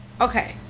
Okay